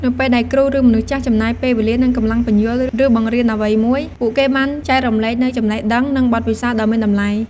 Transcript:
នៅពេលដែលគ្រូ ឬមនុស្សចាស់ចំណាយពេលវេលា និងកម្លាំងពន្យល់ ឬបង្រៀនអ្វីមួយ ពួកគេបានចែករំលែកនូវចំណេះដឹង និងបទពិសោធន៍ដ៏មានតម្លៃ។